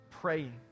praying